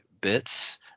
bits